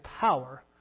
power